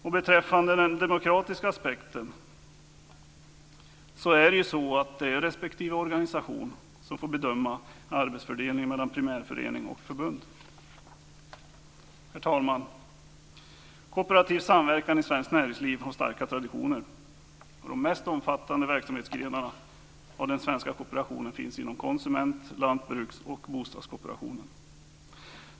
Vad gäller den demokratiska aspekten får respektive organisation bestämma arbetsfördelningen mellan primärförening och förbund. Herr talman! Kooperativ samverkan i svenskt näringsliv har starka traditioner. De mest omfattande verksamhetsgrenarna av den svenska kooperationen finns inom konsument-, lantbruks och bostadskooperationen.